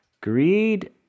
Greed